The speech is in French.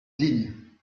dignes